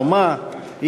דומה,